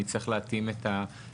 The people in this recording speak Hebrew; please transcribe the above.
אני צריך להתאים את הנוסח.